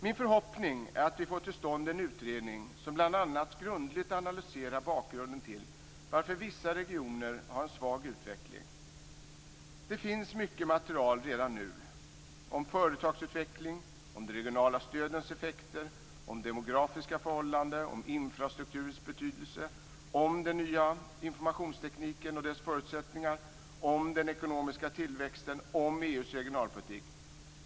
Min förhoppning är att vi får till stånd en utredning som bl.a. grundligt analyserar orsakerna till att vissa regioner har en svag utveckling. Det finns mycket material redan nu om företagsutveckling, om de regionala stödens effekter, om demografiska förhållanden, om infrastrukturens betydelse, om den nya informationstekniken och dess förutsättningar, om den ekonomiska tillväxten och om EU:s regionalpolitik.